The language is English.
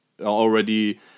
already